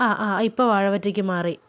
ആ ആ ഇപ്പോൾ വാഴവറ്റയ്ക്ക് മാറി